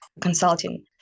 consulting